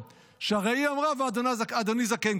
השלום", שהרי היא אמרה: "ואדני זקן".